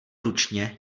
ručně